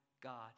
God